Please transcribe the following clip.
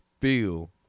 feel